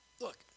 Look